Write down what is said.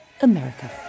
America